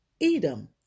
Edom